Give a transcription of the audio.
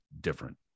different